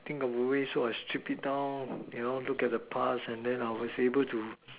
think of a way so I strip it down you know look at the pass and then I was able to